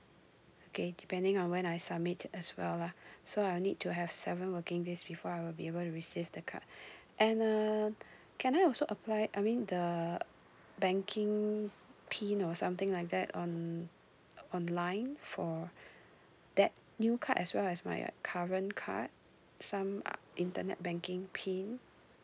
okay depending on when I submit as well lah so I need to have seven working days before I will be able to receive the card and uh can I also apply I mean the banking PIN or something like that on online for that new card as well as my current card some internet banking PIN